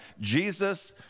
Jesus